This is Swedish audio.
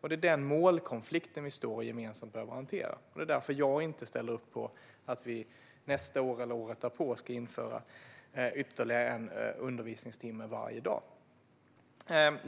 Det är denna målkonflikt som vi gemensamt behöver hantera. Det är därför som jag inte ställer mig bakom att vi nästa år eller året därpå ska införa ytterligare en undervisningstimme varje dag.